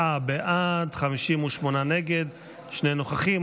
37 בעד, 58 נגד, שני נוכחים.